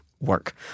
work